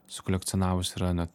sukolekcionavus yra net